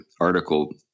article